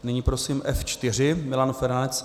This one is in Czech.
Nyní prosím F4 Milan Feranec.